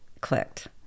clicked